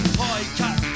high-cut